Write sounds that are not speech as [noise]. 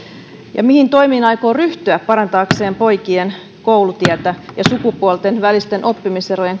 ja mihin toimiin aikoo ryhtyä parantaakseen poikien koulutietä ja kaventaakseen sukupuolten välisiä oppimiseroja [unintelligible]